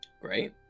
great